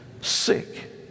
sick